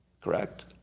correct